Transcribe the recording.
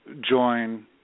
join